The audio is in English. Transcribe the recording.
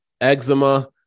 eczema